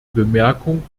bemerkung